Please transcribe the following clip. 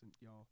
y'all